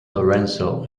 lorenzo